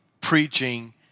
preaching